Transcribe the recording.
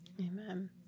Amen